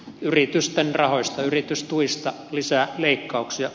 yritysten rahoista yritystuista lisäleikkauksia